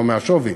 לא מהשווי,